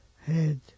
head